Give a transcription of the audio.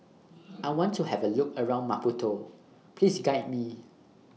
I want to Have A Look around Maputo Please Guide Me